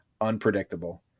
unpredictable